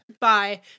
Bye